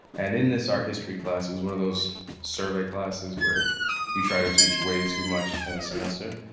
and in this art history class it was one of those survey classes where you try to teach way too much in a semester,